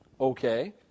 Okay